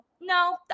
no